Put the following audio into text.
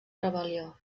rebel·lió